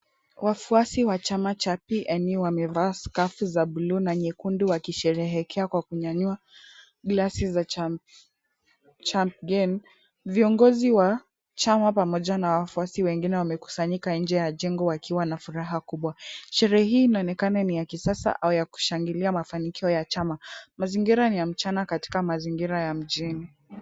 Wafuasi wa chama cha PNU wamevaa skafu za buluu na nyekundu wakisherehekea kwa kunyanyua glasi za chamgen. Viongozi wa chama pamoja na wafuasi wengine wamekusanyika nje ya jengo wakiwa na furaha kubwa . Sherehe hii inaonekana ni ya kisasa au ya kushangilia mafanikio ya chama. Mazingira ni ya mchana katika mazingira ya mjini.